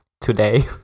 today